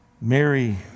Mary